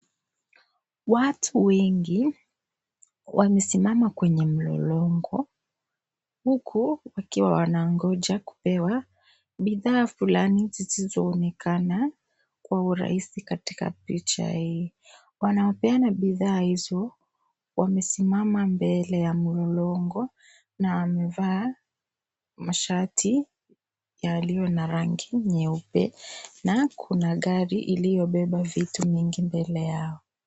Watu wengi wamesimama kwenye mlolongo huku wanangoja kupewa bidhaa fulani zisizoonekana kwa urahisi katika picha hii. Wanaopeana bidhaa hizo wamesimama mbele ya mlolongo na wamevaa, shati iliyo na rangi nyeupe na kuna gari iliyobeba vitu nyingi mbele yao.